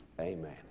Amen